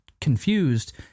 confused